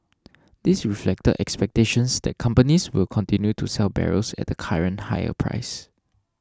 this reflected expectations that companies will continue to sell barrels at the current higher price